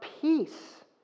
peace